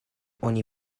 oni